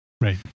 Right